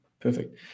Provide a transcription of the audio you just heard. Perfect